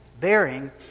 bearing